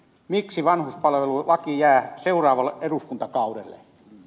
miksi vanhuspalvelulaki jää seuraavalle eduskuntakaudelle